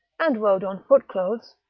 and rode on foot-clothes.